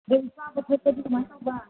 ꯑꯗꯨꯝ ꯆꯥꯕ ꯊꯛꯄꯗꯤ ꯀꯃꯥꯏꯅ ꯇꯧꯕ